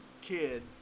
kid